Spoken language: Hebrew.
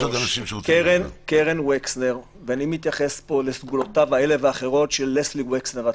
קרן וקסנר ואיני מתייחס לסגולותיו של לסלי וקסנר עצמו,